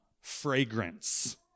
fragrance